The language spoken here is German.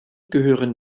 gehören